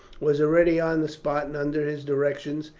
was already on the spot, and under his directions,